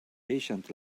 patient